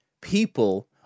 people